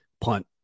Punt